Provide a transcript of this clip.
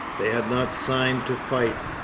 they had not signed to fight,